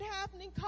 happening